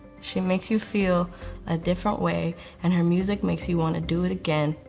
she makes you feel a different way and her music makes you want to do it again.